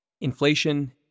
Inflation